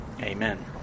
Amen